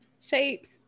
shapes